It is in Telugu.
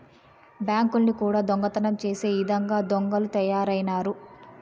బ్యాంకుల్ని కూడా దొంగతనం చేసే ఇదంగా దొంగలు తయారైనారు